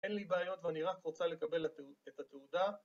אין לי בעיות ואני רק רוצה לקבל את התעודה